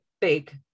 big